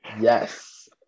yes